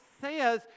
says